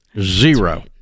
Zero